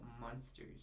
monsters